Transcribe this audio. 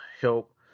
help